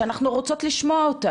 שאנחנו רוצות לשמוע אותה,